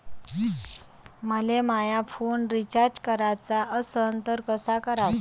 मले माया phone recharge कराचा असन तर कसा कराचा?